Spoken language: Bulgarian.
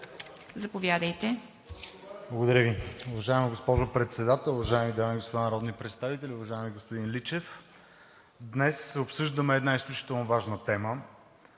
заповядайте.